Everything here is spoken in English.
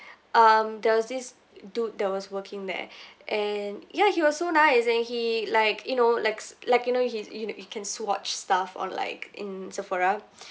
um there was this dude that was working there and yeah he was so nice and he like you know likes like you know his you know you can swatch stuff on like in sephora